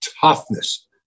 toughness